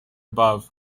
above